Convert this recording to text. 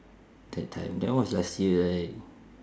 that time that one was last year right